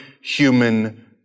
human